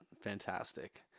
fantastic